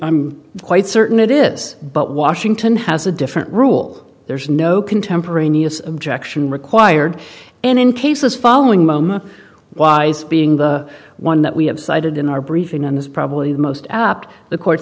i'm quite certain it is but washington has a different rule there's no contemporaneous objection required in cases following moment wise being the one that we have cited in our briefing and it's probably the most apt the court